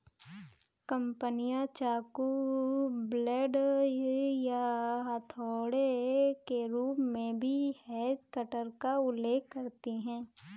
कंपनियां चाकू, ब्लेड या हथौड़े के रूप में भी हेज कटर का उल्लेख करती हैं